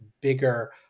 bigger